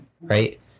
right